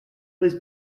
was